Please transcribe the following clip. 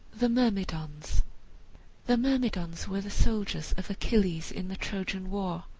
the myrmidons the myrmidons were the soldiers of achilles, in the trojan war.